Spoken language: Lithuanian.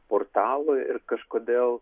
portalui ir kažkodėl